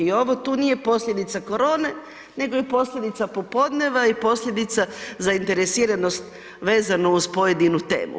I ovo tu nije posljedica korone, nego je posljedica popodneva i posljedica zainteresiranost vezanu uz pojedinu temu.